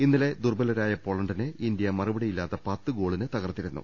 ഇന്നലെ ദുർബലരായ പോള ണ്ടിനെ ഇന്ത്യ മറുപടിയില്ലാത്ത പത്തുഗോളിന് തകർത്തിരുന്നു